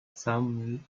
some